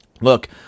Look